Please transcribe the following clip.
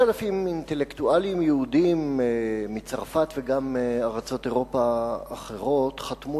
3,000 אינטלקטואלים יהודים מצרפת וגם מארצות אירופה אחרות חתמו